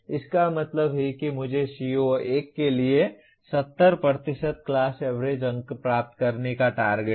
इसका मतलब है कि मुझे CO1 के लिए 70 क्लास एवरेज अंक प्राप्त करने का टारगेट है